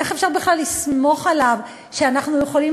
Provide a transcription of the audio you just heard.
איך אפשר בכלל לסמוך עליו שאנחנו יכולים